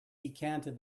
decanted